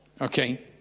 okay